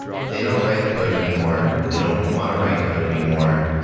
they don't write code anymore, they don't want to write code anymore.